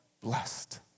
blessed